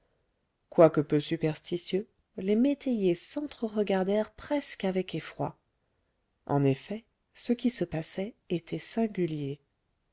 quoique peu superstitieux les métayers s'entre-regardèrent presque avec effroi en effet ce qui se passait était singulier